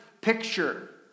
picture